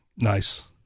Nice